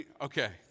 Okay